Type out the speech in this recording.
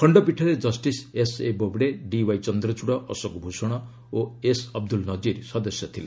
ଖଣ୍ଡପୀଠରେ justice S A Bobde D Y Chandrachud Ashok Bhushan ଓ S Abdul Nazeer ସଦସ୍ୟ ଥିଲେ